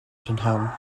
prynhawn